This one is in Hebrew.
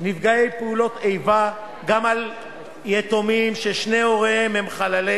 נפגעי פעולות איבה גם על יתומים ששני הוריהם הם חללי